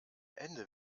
ende